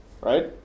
right